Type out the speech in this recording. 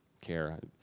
care